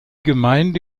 gemeinde